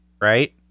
right